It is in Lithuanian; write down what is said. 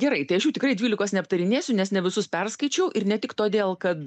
gerai tai aš jų tikrai dvylikos neaptarinėsiu nes ne visus perskaičiau ir ne tik todėl kad